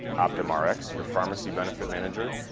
optumrx, your pharmacy benefit manager,